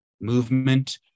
movement